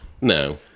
No